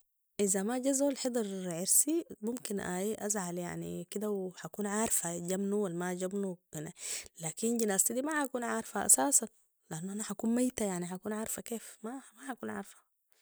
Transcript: إذاما جاء زول حضر عرسي ممكن آي ازعل يعني وكده وحأكون عارفه جا منو والما جا منو وهناي لكن جنازتي دي ما حاكون عارفه انا اساسا لانو انا حاكون ميتة يعني حاكون عارفة كيف ما حاكون عارفه